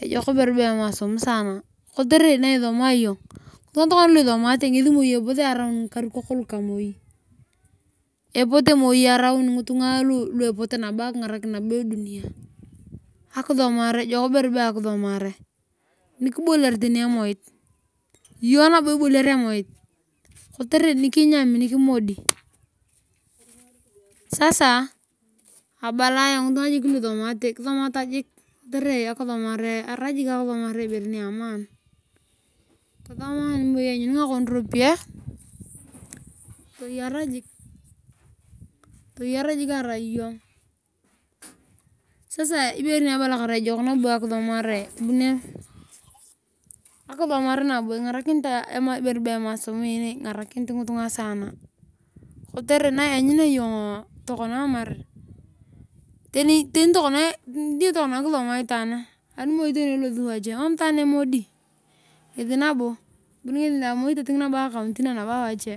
Ejok ibere be emosom saana kotere naisomae iyong pot moi tarata ngikarikok lu ka moi. Epote moi araun ngitungan lu ingarakute edunia ejok ibere be akisomare nikibwaler tani emoit. Iyo nabo inyami emoit kotere kikimyamio nikimodi. Sasa abala ayong ngitunga lu isomate kisomata jik. Kotere arai akoisomate ibere ni amaana. Ari moi lanyuni moi lanyuni ngakon ripiyae toyar. Jiik arai iyong. Sasa ibere nabo abalay iyong eyok akisomare. Ingarakirut ngitunga saana kotere nianyunea iyong tani kisoma itaani animoi ilasi wache mam itaani emodi ngesi nabo eburu teting acounty na awache.